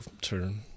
turn